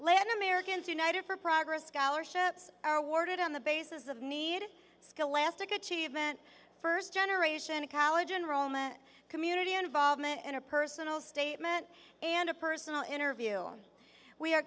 land americans united for progress scholarships are awarded on the basis of need scholastic achievement first generation college enrollment community involvement in a personal statement and a personal interview we are